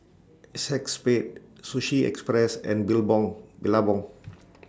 ACEXSPADE Sushi Express and Billabong